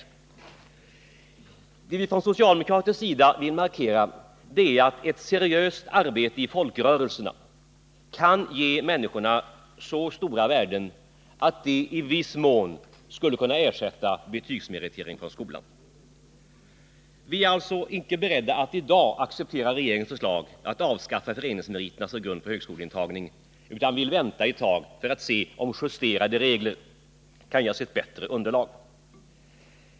Något som vi från socialdemokraternas sida vill markera är att ett seriöst arbete i folkrörelserna kan ge människorna så stora värden att de i viss mån skulle kunna ersätta betygsmeritering från skolan. Vi är alltså icke beredda att i dag acceptera regeringens förslag om att avskaffa föreningsmeriterna som grund för högskoleintagning, utan vi vill vänta ett tag för att se om justeringsregler kan ge bättre underlag.